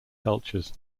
cultures